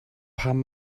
pam